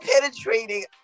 penetrating